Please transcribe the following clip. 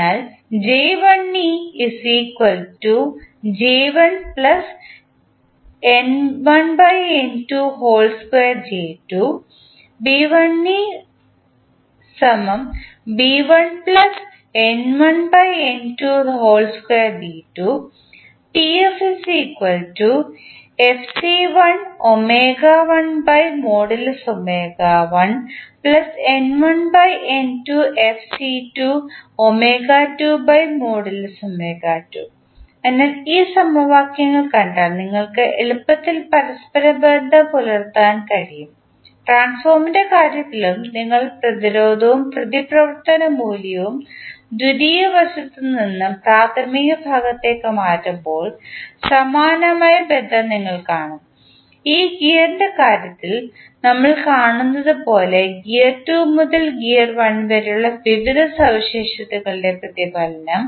അതിനാൽ അതിനാൽ ഈ സമവാക്യങ്ങൾ കണ്ടാൽ നിങ്ങൾക്ക് എളുപ്പത്തിൽ പരസ്പരബന്ധം പുലർത്താൻ കഴിയും ട്രാൻസ്ഫോർമറിൻറെ കാര്യത്തിലും നിങ്ങൾ പ്രതിരോധവും പ്രതിപ്രവർത്തന മൂല്യവും ദ്വിതീയ വശത്ത് നിന്ന് പ്രാഥമിക ഭാഗത്തേക്ക് മാറ്റുമ്പോൾ സമാനമായ ബന്ധം നിങ്ങൾ കാണും ഈ ഗിയറിൻറെ കാര്യത്തിൽ നമ്മൾ കാണുന്നതുപോലെ ഗിയർ 2 മുതൽ ഗിയർ 1 വരെയുള്ള വിവിധ സവിശേഷതകളുടെ പ്രതിഫലനം